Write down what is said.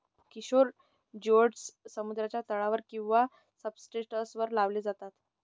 किशोर जिओड्स समुद्राच्या तळावर किंवा सब्सट्रेटवर लावले जातात